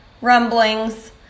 rumblings